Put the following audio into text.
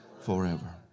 forever